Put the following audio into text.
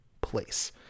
place